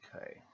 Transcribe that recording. okay